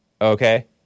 Okay